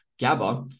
GABA